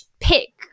pick